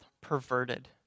perverted